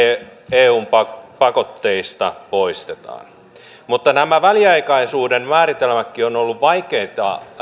eun pakotteista poistetaan mutta nämä väliaikaisuuden määritelmätkin ovat olleet vaikeita